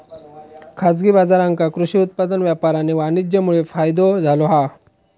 खाजगी बाजारांका कृषि उत्पादन व्यापार आणि वाणीज्यमुळे फायदो झालो हा